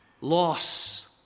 loss